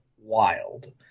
wild